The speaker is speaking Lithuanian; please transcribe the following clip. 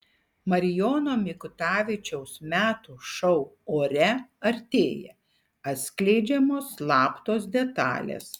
marijono mikutavičiaus metų šou ore artėja atskleidžiamos slaptos detalės